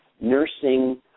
nursing